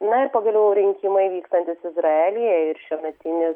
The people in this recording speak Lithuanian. na ir pagaliau rinkimai vykstantys izraelyje ir šiuometinis